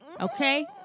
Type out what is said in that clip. Okay